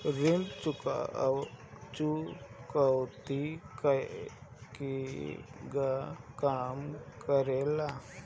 ऋण चुकौती केगा काम करेले?